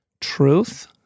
truth